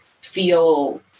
feel